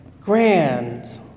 grand